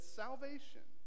salvation